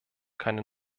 keine